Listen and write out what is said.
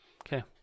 okay